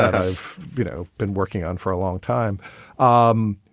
i've you know been working on for a long time. um